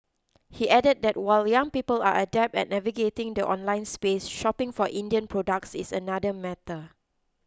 he added that while young people are adept at navigating the online space shopping for Indian products is another matter